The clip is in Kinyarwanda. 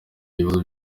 ibibazo